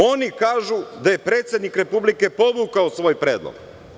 Oni kažu da je predsednik Republike povukao svoj predlog.